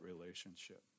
relationship